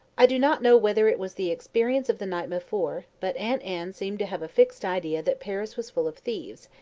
i do not know whether it was the experience of the night before, but aunt anne seemed to have a fixed idea that paris was full of thieves,